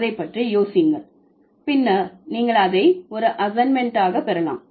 அதை பற்றி யோசியுங்கள் பின்னர் நீங்கள் அதை ஒரு அசைன்மெண்ட் ஆக பெறலாம்